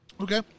Okay